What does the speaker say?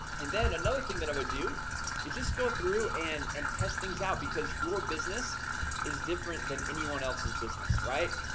and then another thing that i would do is just go through and and test things out because your business is different than anyone else's business, right?